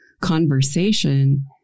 conversation